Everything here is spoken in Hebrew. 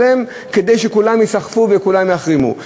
כדי שכולם ייסחפו וכולם יחרימו.